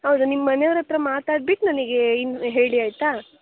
ಹೌದಾ ನಿಮ್ಮನೆಯವರ ಹತ್ರ ಮಾತಾಡ್ಬಿಟ್ಟು ನನಗೆ ಇನ್ನು ಹೇಳಿ ಆಯಿತಾ